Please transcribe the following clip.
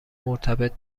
مرتبط